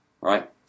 right